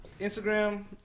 Instagram